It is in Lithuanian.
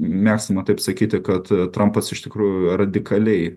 mėgstama taip sakyti kad trampas iš tikrųjų radikaliai